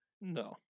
No